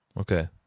Okay